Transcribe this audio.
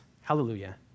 Hallelujah